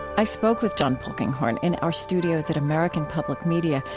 i spoke with john polkinghorne in our studios at american public media.